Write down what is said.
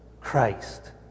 Christ